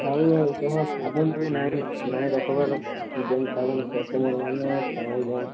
ଆଉ ତମ ସାବୁନ ବି ନାହିଁ ନାଇ ରଖିବାର ଯେଉଁ ସାବୁନ କସ୍ଟମର ମାନେ